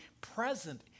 present